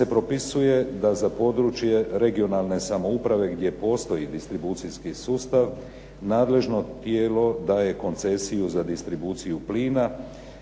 se propisuje da za područje regionalne samouprave gdje postoji distribucijski sustav nadležno tijelo daje koncesiju za distribuciju plina